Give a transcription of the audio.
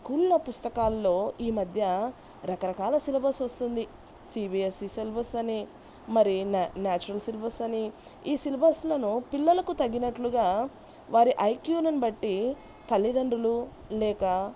స్కూల్లో పుస్తకాల్లో ఈ మధ్య రకరకాల సిలబస్ వస్తుంది C B S E syllabus అని మరి నా న్యాచురల్ సిలబస్ అని ఈ సిలబస్లను పిల్లలకు తగినట్లుగా వారి ఐక్యూలను బట్టి తల్లిదండ్రులు లేక